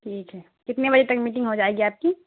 ٹھیک ہے کتنے بجے تک میٹنگ ہو جائے گی آپ کی